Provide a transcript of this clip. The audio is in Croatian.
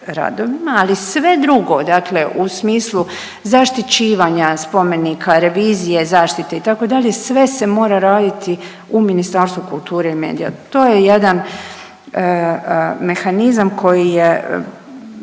ali sve drugo, dakle u smislu zaštićivanja spomenika, revizije zaštite itd., sve se mora raditi u Ministarstvu kulture i medija. To je jedan mehanizam koji je